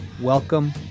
Welcome